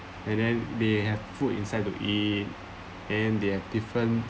and then they have food inside to eat and they have different